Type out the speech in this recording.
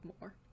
more